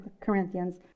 Corinthians